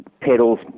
pedals